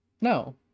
No